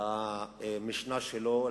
למשנה שלו.